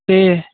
ਤੇ